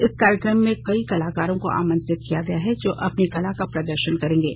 इस कार्यक्रम में कई कलाकारों को आमंत्रित किया गया है जो अपनी कला का प्रदर्शन करेंगे